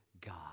God